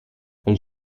elle